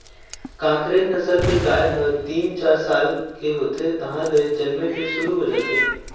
कांकरेज नसल के गाय ह तीन, चार साल के होथे तहाँले जनमे के शुरू हो जाथे